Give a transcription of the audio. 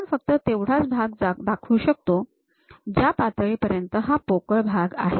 आपण फक्त तेवढाच भाग दाखवू शकतो ज्या पातळीपर्यंत हा पोकळ भाग आहे